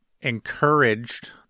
encouraged